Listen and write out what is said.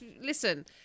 listen